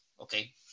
okay